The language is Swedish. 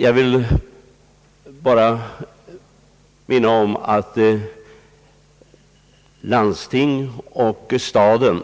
Jag vill bara påminna om att landstinget och Stockholms stad